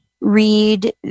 read